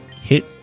hit